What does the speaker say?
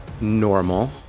normal